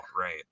right